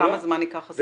כמה זמן ייקח הסיבוב הזה?